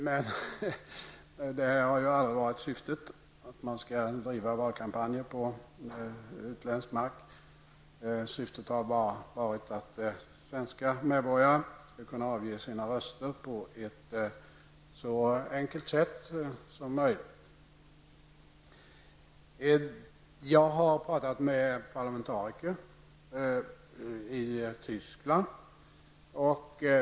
Men syftet har aldrig varit att man skulle driva valkampanjer på utländsk mark. Syftet har varit att svenska medborgare skall kunna avge sina röster på ett så enkelt sätt som möjligt. Jag har pratat med parlamentariker i Tyskland.